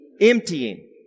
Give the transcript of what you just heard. emptying